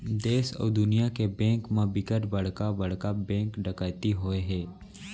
देस अउ दुनिया के बेंक म बिकट बड़का बड़का बेंक डकैती होए हे